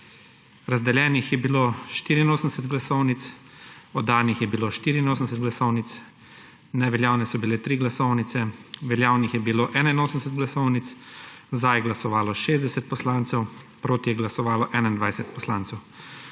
Razdeljenih je bilo 84 glasovnic, oddanih je bilo 84 glasovnic, neveljavne so bile 3 glasovnice, veljavnih je bilo 81 glasovnic. Za je glasovalo 60 poslancev, proti je glasovalo 21 poslancev.